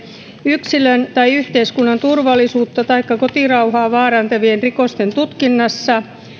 yksilön tai yhteiskunnan turvallisuutta taikka kotirauhaa vaarantavien rikosten tutkinnassa